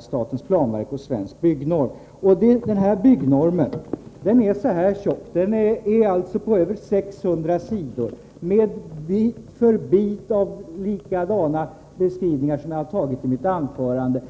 statens planverk och Svensk Byggnorm. Byggnormen är på över 600 sidor med bit för bit likadana beskrivningar som den jag tog upp i mitt anförande.